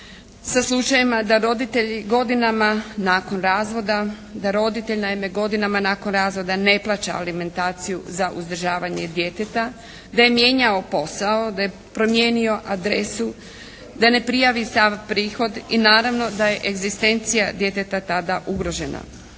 godinama, da roditelj naime godinama nakon razvoda ne plaća alimentaciju za uzdržavanje djeteta, da je mijenjao posao, da je promijenio adresu, da ne prijavi sav prihod i naravno da je egzistencija djeteta tada ugrožena.